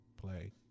play